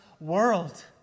world